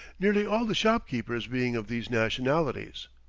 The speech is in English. nearly all the shopkeepers being of these nationalities.